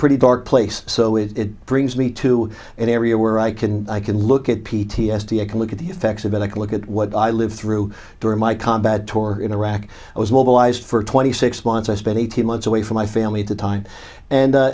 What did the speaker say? pretty dark place so it brings me to an area where i can i can look at p t s d i can look at the effects of it i can look at what i lived through during my combat tours in iraq i was mobilized for twenty six months i spent eighteen months away from my family at the time and